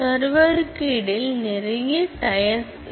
சர்வருக்கு இடையில் நிறைய டயர்ஸ் இருக்கிறது